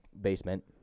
basement